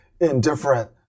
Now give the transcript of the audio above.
indifferent